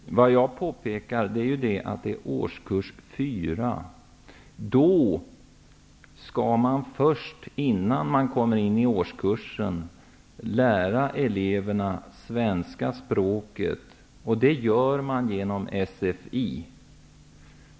Herr talman! Jag påpekade att detta gällde årskurs fyra. Man skall innan man låter eleverna komma in i årskursen lära dem svenska språket. Det gör man genom sfi.